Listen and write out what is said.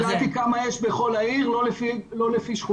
ידעתי כמה יש בכל העיר אבל לא לפי שכונות.